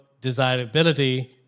desirability